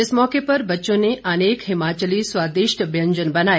इस मौके पर बच्चों ने अनेक हिमाचली स्वादिष्ट व्यंजन बनाए